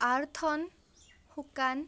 earthen শুকান